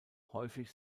häufig